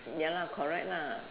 ya lah correct lah